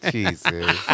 Jesus